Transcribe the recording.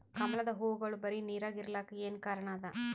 ಕಮಲದ ಹೂವಾಗೋಳ ಬರೀ ನೀರಾಗ ಇರಲಾಕ ಏನ ಕಾರಣ ಅದಾ?